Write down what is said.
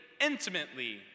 intimately